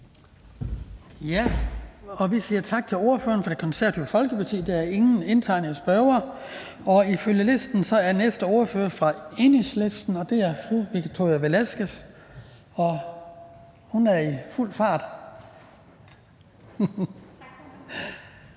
Vi siger tak til ordføreren for Det Konservative Folkeparti. Der er ingen indtegnede spørgere. Ifølge listen er næste ordfører fra Enhedslisten. Det er fru Victoria Velasquez, og hun er i fuld fart.